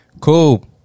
Cool